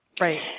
Right